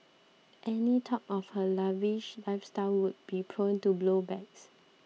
any talk of her lavish lifestyle would be prone to blow backs